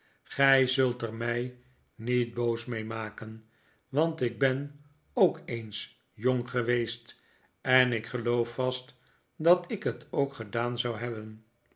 gij zult er mij niet boos mee maken want ik ben ook eens jong geweest en ik geloof vast dat ik het ook gedaan zou hebben